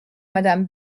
madame